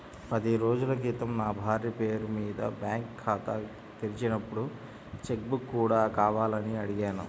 పది రోజుల క్రితం నా భార్య పేరు మీద బ్యాంకు ఖాతా తెరిచినప్పుడు చెక్ బుక్ కూడా కావాలని అడిగాను